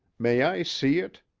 may i see it?